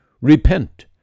Repent